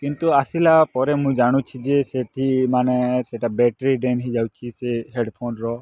କିନ୍ତୁ ଆସିଲା ପରେ ମୁଁ ଜାଣୁଛି ଯେ ସେଠି ମାନେ ସେଟା ବ୍ୟାଟେରୀ ଡେଡ଼୍ ହୋଇଯାଉଛି ସେ ହେଡ଼୍ ଫୋନ୍ର